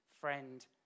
friend